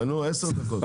עשר דקות.